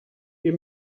wir